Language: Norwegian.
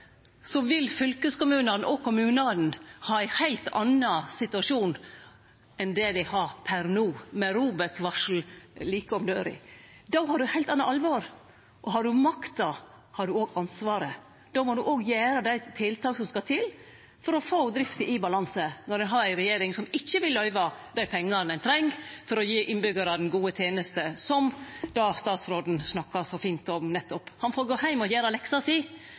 vil fylkeskommunane og kommunane ha ein heilt annan situasjon enn det dei har per no, med ROBEK-varsel like om døra. Då er det heilt anna alvor. Har du makta, har du òg ansvaret. Då må du òg gjere dei tiltaka som skal til for å få drifta i balanse, når me har ei regjering som ikkje vil løyve dei pengane ein treng for å gi innbyggjarane gode tenester, som statsråden snakka så fint om nettopp. Han får gå heim og gjere leksa si